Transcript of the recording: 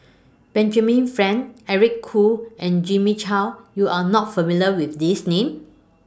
Benjamin Frank Eric Khoo and Jimmy Chok YOU Are not familiar with These Names